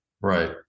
Right